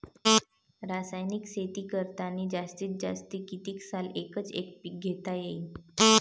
रासायनिक शेती करतांनी जास्तीत जास्त कितीक साल एकच एक पीक घेता येईन?